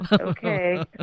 okay